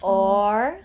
oh